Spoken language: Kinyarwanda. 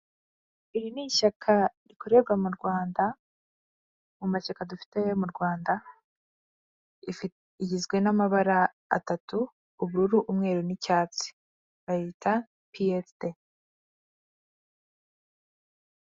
Iri ni ishyaka rikorerwa mu Rwanda mu mashyaka dufiteye yo mu Rwanda rigizwe n'amabara atatu ubururu, umweru n'icyatsi bayita piyeside.